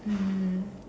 mm